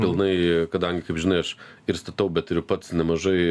pilnai kadangi kaip žinai aš ir statau bet ir pats nemažai